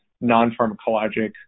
non-pharmacologic